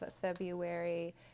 February